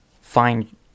find